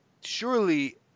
surely